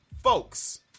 folks